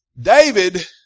David